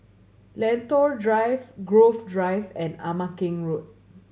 Lentor Drive Grove Drive and Ama Keng Road